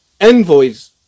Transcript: envoys